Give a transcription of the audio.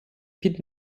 під